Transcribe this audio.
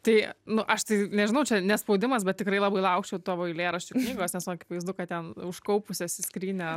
tai nu aš tai nežinau čia ne spaudimas bet tikrai labai laukčiau tavo eilėraščių knygos nes nu akivaizdu kad ten užkaupusi skrynią